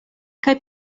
kaj